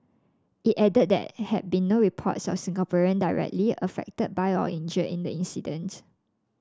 it added that he had been no reports of Singaporean directly affected by or injured in the incident